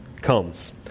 comes